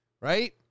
right